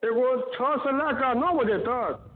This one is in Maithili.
एगो छओ सऽ लए कऽ नओ बजे तक